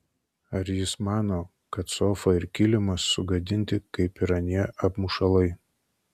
ar jis mano kad sofa ir kilimas sugadinti kaip ir anie apmušalai